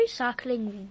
recycling